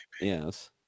Yes